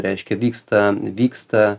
reiškia vyksta vyksta